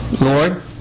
Lord